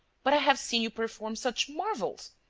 but i have seen you perform such marvels!